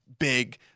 Big